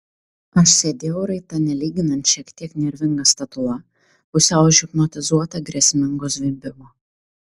aš sėdėjau raita nelyginant šiek tiek nervinga statula pusiau užhipnotizuota grėsmingo zvimbimo